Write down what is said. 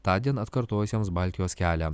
tądien atkartojusiems baltijos kelią